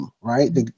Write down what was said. right